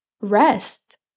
rest